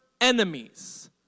enemies